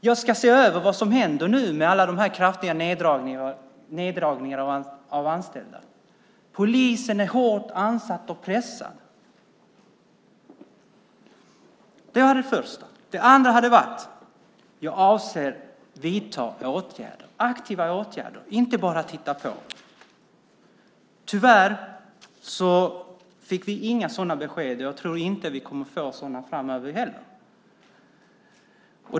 Jag ska se över vad som händer nu med alla de kraftiga neddragningarna av antalet anställda. Polisen är hårt ansatt och pressad. Det var det första. Det andra är: Jag avser att vidta aktiva åtgärder och inte bara titta på. Tyvärr fick inga sådana besked. Jag tror inte att vi kommer att få sådana framöver heller.